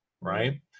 right